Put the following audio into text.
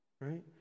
right